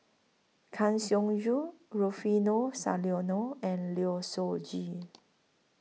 Kang Siong Joo Rufino Soliano and Low Siew Nghee